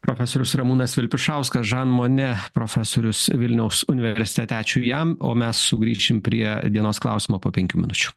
profesorius ramūnas vilpišauskas žan mone profesorius vilniaus universitete ačiū jam o mes sugrįšim prie dienos klausimo po penkių minučių